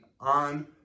on